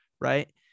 right